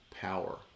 power